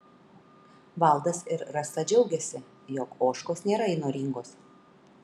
valdas ir rasa džiaugiasi jog ožkos nėra įnoringos